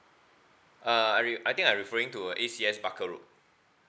uh I re~ I think I'm referring to A_C_S barker road